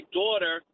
daughter